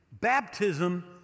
baptism